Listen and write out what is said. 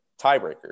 tiebreaker